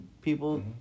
people